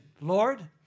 Lord